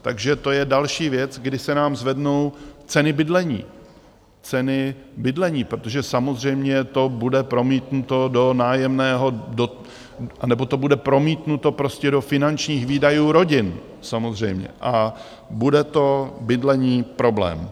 Takže to je další věc, kdy se nám zvednou ceny bydlení, protože samozřejmě to bude promítnuto do nájemného, anebo to bude promítnuto prostě do finančních výdajů rodin samozřejmě a bude to bydlení problém.